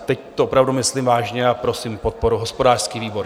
Teď to opravdu myslím vážně a prosím podporu hospodářský výbor.